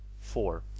four